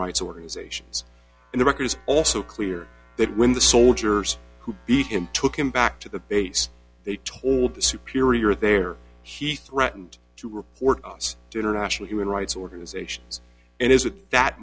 rights organizations and the record is also clear that when the soldiers who beat him took him back to the base they told the superior there he threatened to report us to international human rights organizations and is at that